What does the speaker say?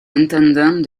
intendant